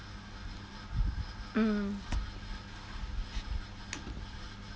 mm